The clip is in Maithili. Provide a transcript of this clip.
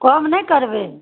कम नहि करबै